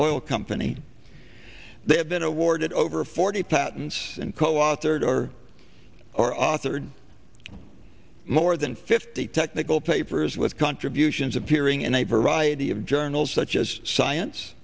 oil company they have been awarded over forty patents and coauthored or are authored more than fifty technical papers with contributions appearing in a variety of journals such as science